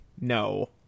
no